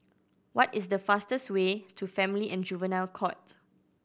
what is the fastest way to Family and Juvenile Court